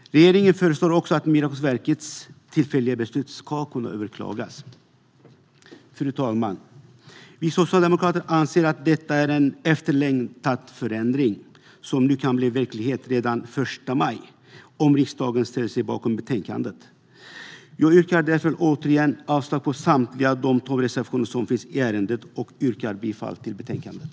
Regeringen föreslår också att Migrationsverkets tillfälliga beslut ska kunna överklagas. Fru talman! Vi socialdemokrater anser att detta är en efterlängtad förändring, som nu kan bli verklighet redan den 1 maj om riksdagen ställer sig bakom förslaget i betänkandet. Jag yrkar därför återigen avslag på samtliga tolv reservationer och bifall till förslaget i betänkandet.